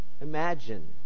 Imagine